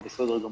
זה בסדר גמור.